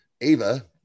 Ava